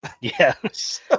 Yes